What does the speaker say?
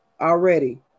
Already